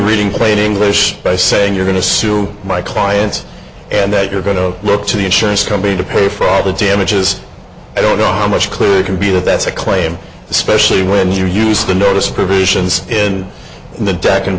reading plain english by saying you're going to sue my client and that you're going to look to the insurance company to pay for the damages i don't know how much clearer it can be that that's a claim especially when you use the notice provisions in the dac and